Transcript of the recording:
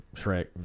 Shrek